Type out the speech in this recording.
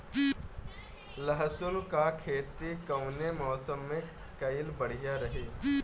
लहसुन क खेती कवने मौसम में कइल बढ़िया रही?